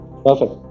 Perfect